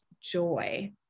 joy